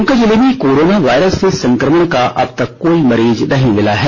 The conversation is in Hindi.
द्मका जिले में कोरोना वायरस से संक्रमण का अब तक कोई मरीज नहीं मिला है